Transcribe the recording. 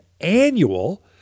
annual